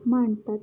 मांडतात